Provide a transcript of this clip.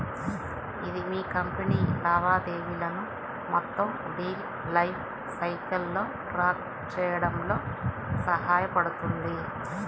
ఇది మీ కంపెనీ లావాదేవీలను మొత్తం డీల్ లైఫ్ సైకిల్లో ట్రాక్ చేయడంలో సహాయపడుతుంది